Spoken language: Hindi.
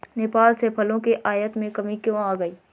नेपाल से फलों के आयात में कमी क्यों आ गई?